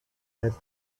that